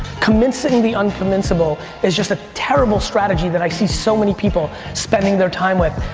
convincing the unconvinceable is just a terrible strategy that i see so many people spending their time with.